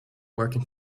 working